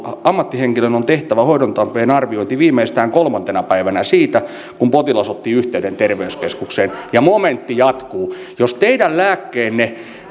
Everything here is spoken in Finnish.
ammattihenkilön on tehtävä hoidon tarpeen arviointi viimeistään kolmantena päivänä siitä kun potilas otti yhteyden terveyskeskukseen ja momentti jatkuu jos teidän lääkkeenne